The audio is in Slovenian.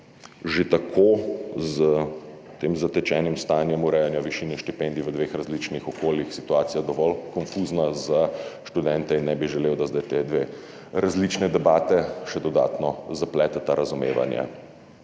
že tako s tem zatečenim stanjem urejanje višine štipendij v dveh različnih okoljih situacija dovolj konfuzna za študente in ne bi želel, da zdaj ti dve različni debate še dodatno zapleteta razumevanje,